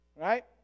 right